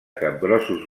capgrossos